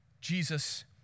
Jesus